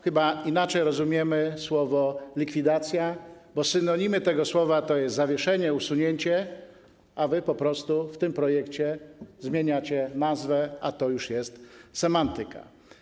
Chyba inaczej rozumiemy słowo ˝likwidacja˝, bo synonimy tego słowa to jest ˝zawieszenie˝, ˝usunięcie˝, a wy po prostu w tym projekcie zmieniacie nazwę, a to już jest semantyka.